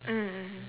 mm